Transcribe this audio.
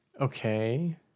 Okay